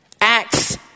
Acts